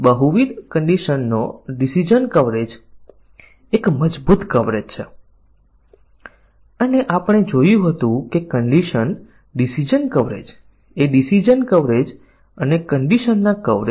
અને બહુવિધ સ્થિતિના કવરેજમાં તમારે c 1 c 2 c 3 ની પરિસ્થિતિઓના તમામ સંભવિત સંયોજનો ધ્યાનમાં લેવું પડશે સાચું સાચું સાચું સાચું ખોટું સાચું સાચું ખોટું ખોટું ખોટું સાચું સાચું વગેરે